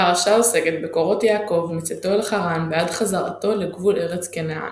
הפרשה עוסקת בקורות יעקב מצאתו אל חרן ועד חזרתו לגבול ארץ כנען.